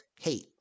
hate